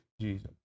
Jesus